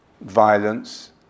violence